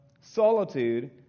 solitude